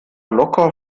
locker